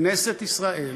כנסת ישראל